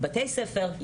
בתי ספר,